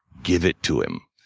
give it to him.